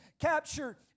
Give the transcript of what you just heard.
captured